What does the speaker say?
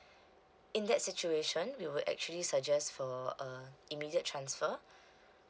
in that situation we will actually suggest for a immediate transfer